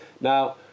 now